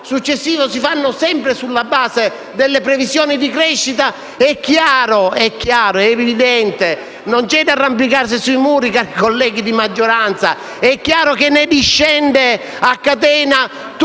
successivo si fanno sempre sulla base delle previsioni di crescita - è chiaro ed evidente - non c'è da arrampicarsi sugli specchi, cari colleghi di maggioranza - che ne discende a catena tutta